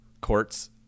courts